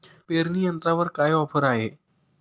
पेरणी यंत्रावर काय ऑफर आहे?